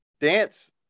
dance